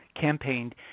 campaigned